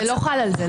אז זה לא חל על זה.